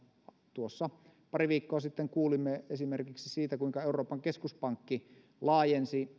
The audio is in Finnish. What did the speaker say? tuossa pari viikkoa sitten kuulimme esimerkiksi siitä kuinka euroopan keskuspankki laajensi